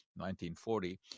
1940